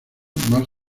más